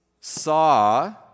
saw